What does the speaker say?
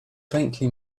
faintly